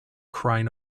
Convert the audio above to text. crying